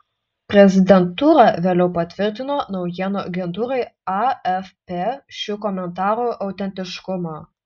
prezidentūra vėliau patvirtino naujienų agentūrai afp šių komentarų autentiškumą